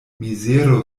mizero